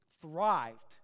thrived